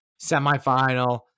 semifinal